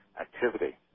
activity